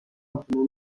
آنچنانی